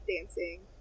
dancing